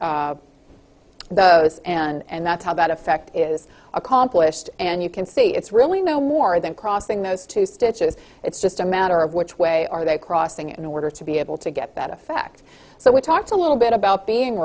do those and that's how that effect is accomplished and you can see it's really no more than crossing those two stitches it's just a matter of which way are they crossing in order to be able to get better effect so we talked a little bit about being